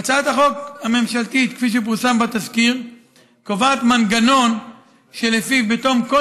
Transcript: הצעת החוק הממשלתית כפי שפורסמה בתזכיר קובעת מנגנון שלפיו בתום כל